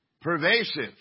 pervasive